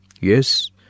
Yes